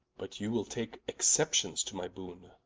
but you will take exceptions to my boone